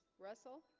russell